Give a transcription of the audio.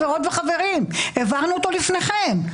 העברנו אותו לפניכם,